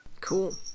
Cool